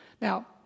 Now